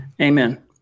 Amen